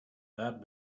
that